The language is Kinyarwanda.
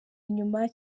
inyuma